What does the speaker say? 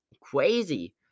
crazy